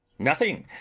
nothing.